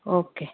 okay